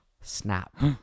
Snap